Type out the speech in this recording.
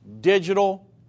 digital